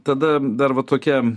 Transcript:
tada dar va tokia